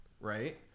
right